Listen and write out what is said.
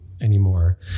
anymore